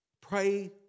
Pray